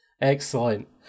Excellent